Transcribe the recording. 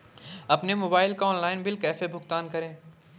अपने मोबाइल का online bill कैसे भुगतान करूं?